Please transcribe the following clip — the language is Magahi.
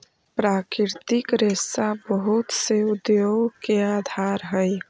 प्राकृतिक रेशा बहुत से उद्योग के आधार हई